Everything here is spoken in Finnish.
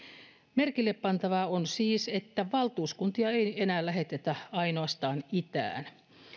merkille pantavaa on siis että valtuuskuntia ei enää lähetetä ainoastaan itään